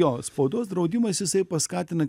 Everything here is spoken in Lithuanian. jo spaudos draudimas jisai paskatina